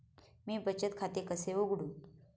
मी बचत खाते कसे उघडू?